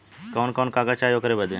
कवन कवन कागज चाही ओकर बदे?